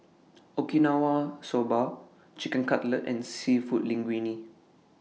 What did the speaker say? Okinawa Soba Chicken Cutlet and Seafood Linguine